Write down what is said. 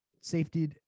safety